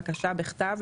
בקשה בכתב,